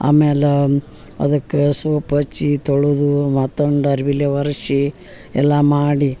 ಆಮೇಲೆ ಅದಕ್ಕೆ ಸೋಪ್ಪು ಹಚ್ಚಿ ತೊಳುದು ಮತ್ತೊಂದು ಡರ್ಬಿಲೆ ವರ್ಸಿ ಎಲ್ಲ ಮಾಡಿ